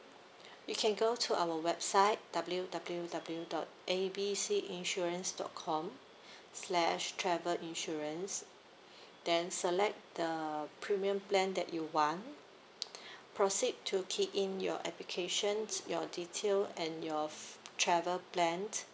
you can go to our website W W W dot A B C insurance dot com slash travel insurance then select the premium plan that you want proceed to key in your applications your detail and your travel plans